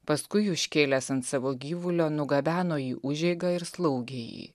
paskui užkėlęs ant savo gyvulio nugabeno į užeigą ir slaugė jį